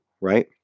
Right